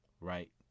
right